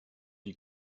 die